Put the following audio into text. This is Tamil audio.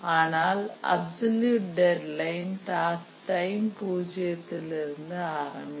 ஆனால் அப்சலுயூட் டெட்லைன் டாஸ்க் டைம் பூஜ்ஜியத்தில் இருந்து ஆரம்பிக்கும்